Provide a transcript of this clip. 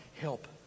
help